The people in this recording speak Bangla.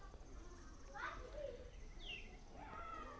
ইউ.পি.আই আই.ডি দিয়ে পেমেন্ট করলে কি চার্জ নেয়া হয়?